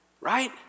Right